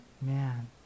man